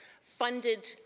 funded